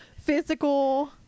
physical